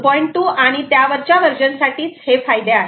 2 आणि त्यावरच्या वर्जन साठीच हे फायदे आहेत